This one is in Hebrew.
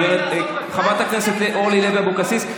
חברת הכנסת אורלי לוי אבקסיס,